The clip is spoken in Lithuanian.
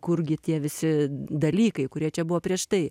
kurgi tie visi dalykai kurie čia buvo prieš tai